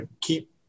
keep